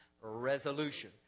Resolution